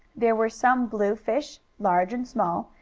there were some blue fish, large and small,